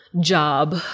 job